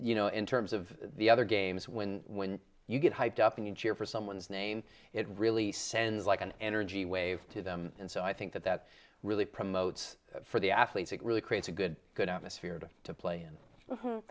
you know in terms of the other games when when you get hyped up and cheer for someone's name it really sounds like an energy wave to them and so i think that that really promotes for the athletes it really creates a good good atmosphere to play and